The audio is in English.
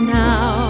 now